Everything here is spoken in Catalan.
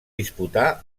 disputar